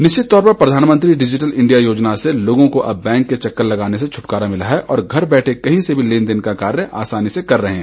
निश्चित तौर पर प्रधानमंत्री डिजिटल इंडिया योजना से लोगों को अब बैंक के चक्कर लगाने से छटकारा मिला है और घर बैठे कहीं से भी लेन देन का कार्य आसानी से कर रहे हैं